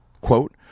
quote